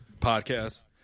podcast